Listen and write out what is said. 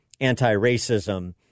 anti-racism